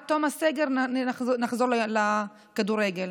בתום הסגר נחזור לכדורגל.